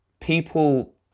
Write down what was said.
people